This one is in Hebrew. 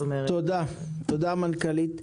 תודה, המנכ"לית.